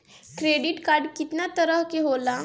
Credit card कितना तरह के होला?